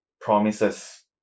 promises